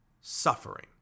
suffering